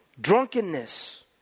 drunkenness